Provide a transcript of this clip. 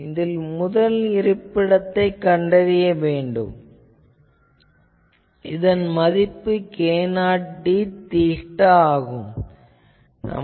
முதலில் இதன் இருப்பிடத்தைக் கண்டுபிடிக்க வேண்டும் இதன் மதிப்பு k0d தீட்டா ஆகும்